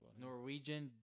Norwegian